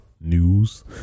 news